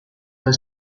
the